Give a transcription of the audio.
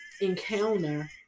encounter